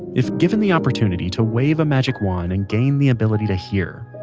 if given the opportunity to wave a magic wand and gain the ability to hear,